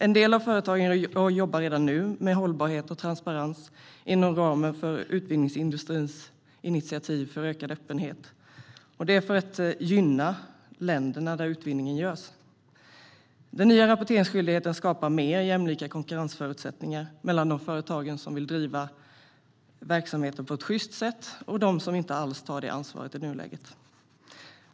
En del av företagen jobbar redan nu med hållbarhet och transparens inom ramen för utvinningsindustrins initiativ för ökad öppenhet. Det är för att gynna länderna där utvinningen görs. Den nya rapporteringsskyldigheten skapar mer jämlika konkurrensförutsättningar mellan de företag som vill driva verksamhet på ett sjyst sätt och de som inte alls tar det ansvaret i nuläget.